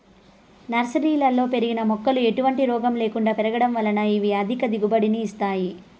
నర్సరీలలో పెరిగిన మొక్కలు ఎటువంటి రోగము లేకుండా పెరగడం వలన ఇవి అధిక దిగుబడిని ఇస్తాయి